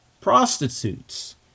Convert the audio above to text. prostitutes